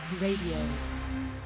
Radio